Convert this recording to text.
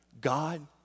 God